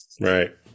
Right